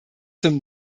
zum